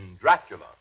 Dracula